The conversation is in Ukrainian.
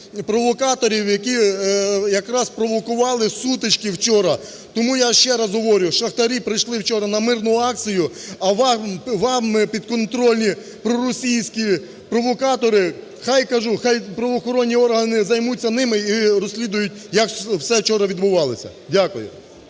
провокаторів, які якраз провокували сутички вчора. Тому я ще раз говорю, шахтарі прийшли вчора на мирну акцію, а вами підконтрольні проросійські провокатори, хай кажу, хай правоохоронні органи займуться ними і розслідують, як все вчора відбувалося. Дякую.